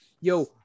yo